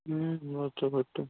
okay కొట్టు